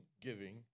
giving